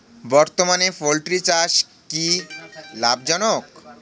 বর্তমানে পোলট্রি চাষ কি লাভজনক?